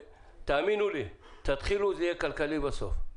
תאמינו לי, תתחילו זה יהיה כלכלי בסוף.